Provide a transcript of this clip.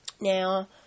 Now